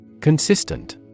Consistent